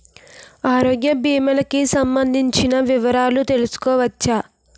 ఆరోగ్య భీమాలకి సంబందించిన వివరాలు తెలుసుకోవచ్చా?